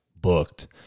booked